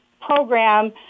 program